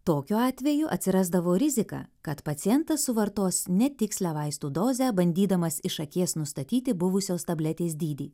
tokiu atveju atsirasdavo rizika kad pacientas suvartos netikslią vaistų dozę bandydamas iš akies nustatyti buvusios tabletės dydį